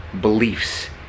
beliefs